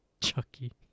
Chucky